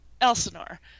Elsinore